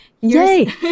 Yay